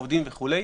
עובדים וכולי,